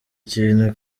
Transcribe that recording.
kintu